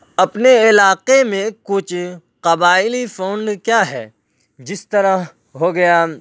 اپنے علاقے میں کچھ قبائلی فون کیا ہے جس طرح ہو گیا